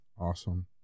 Awesome